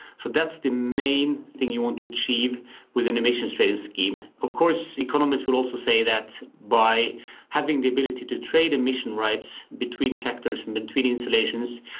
so that's the main thing you wants to achieve with an emissions trading scheme. of course economists will also say that by having the ability to trade emission rights between sectors and between installations,